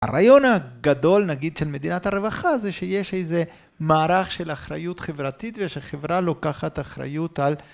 הרעיון הגדול נגיד של מדינת הרווחה זה שיש איזה מערך של אחריות חברתית ושחברה לוקחת אחריות על